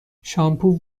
شامپو